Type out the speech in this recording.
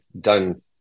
done